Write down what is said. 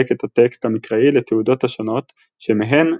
את הטקסט המקראי לתעודות השונות שמהן,